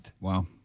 Wow